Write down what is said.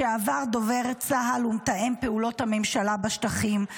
לשעבר דובר צה"ל ומתאם פעולות הממשלה בשטחים.